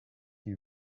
you